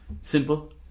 simple